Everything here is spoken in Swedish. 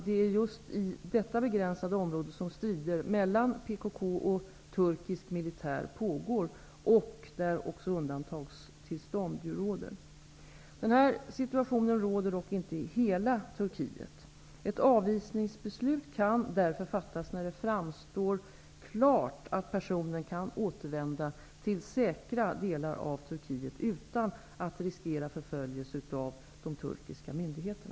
Det är just i detta begränsade område som strider mellan PKK och turkisk militär pågår och undantagstillstånd råder. Denna situation råder dock inte i hela Turkiet. Ett avvisningsbeslut kan därför fattas när det framstår klart att personen kan återvända till säkra delar av Turkiet, utan att riskera förföljelse av de turkiska myndigheterna.